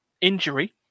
injury